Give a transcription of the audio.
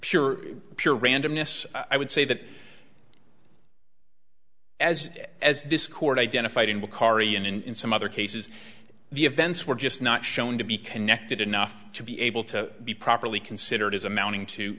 pure pure randomness i would say that as as this court identified in with kaare and in some other cases the events were just not shown to be connected enough to be able to be properly considered as amounting to